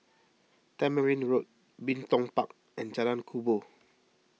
Tamarind Road Bin Tong Park and Jalan Kubor